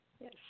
Yes